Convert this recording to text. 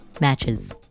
matches